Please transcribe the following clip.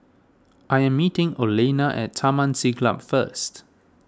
I am meeting Olena at Taman Siglap first